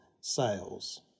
sales